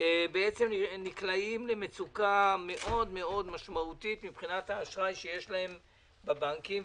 בעצם נקלעים למצוקה מאוד מאוד משמעותית מבחינת האשראי שיש להם בבנקים.